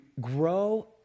grow